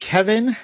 Kevin